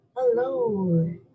Hello